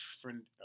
friend